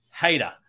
hater